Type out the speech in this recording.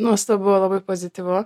nuostabu labai pozityvu